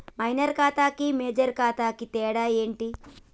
Minor ఖాతా కి major ఖాతా కి తేడా ఏంటి?